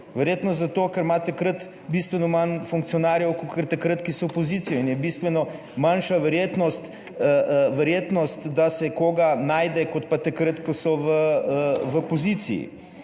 Verjetno zato, ker ima takrat bistveno manj funkcionarjev kakor takrat, ko so v opoziciji in je bistveno manjša verjetnost, verjetnost, da se koga najde kot pa takrat, ko so v poziciji.